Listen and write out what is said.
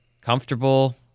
comfortable